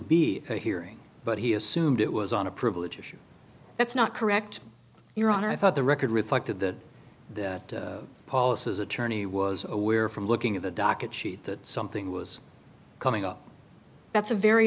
be a hearing but he assumed it was on a privilege issue that's not correct your honor i thought the record reflected that that policy as attorney was aware from looking at the docket sheet that something was coming up that's a very